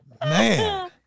man